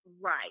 Right